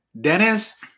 Dennis